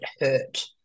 hurt